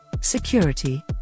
Security